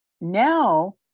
now